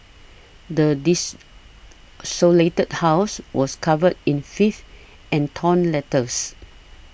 the desolated house was covered in filth and torn letters